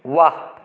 व्वा